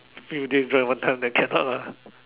few days drive one time then cannot lah